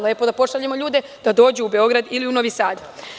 Lepo da pošaljemo ljude da dođu u Beograd ili u Novi Sad.